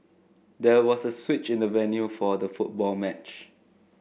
there was a switch in the venue for the football match